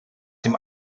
dem